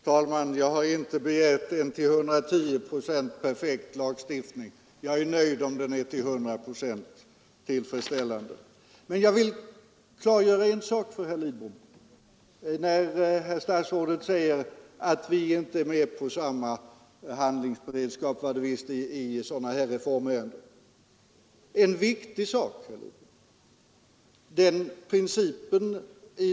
Herr talman! Jag har inte begärt en till 110 procent perfekt lagstiftning; jag är nöjd om den är rätt till 100 procent. Men när herr statsrådet säger att vi moderater inte är beredda till samma handlingsberedskap — som jag tror att uttrycket var — i sådana här reformärenden, så vill jag klargöra en viktig sak för herr Lidbom.